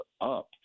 up